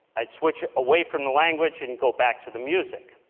i'd switch away from the language and go back to the music.